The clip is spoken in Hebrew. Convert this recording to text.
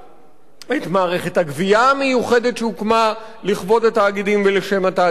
את מערכת הגבייה המיוחדת שהוקמה לכבוד התאגידים ולשם התאגידים האלה.